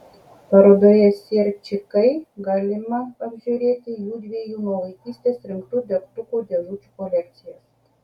parodoje sierčikai galima apžiūrėti judviejų nuo vaikystės rinktų degtukų dėžučių kolekcijas